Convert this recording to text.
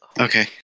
Okay